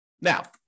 Now